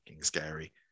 scary